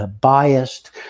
biased